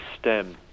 stem